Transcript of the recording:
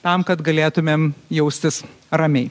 tam kad galėtumėm jaustis ramiai